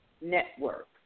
Network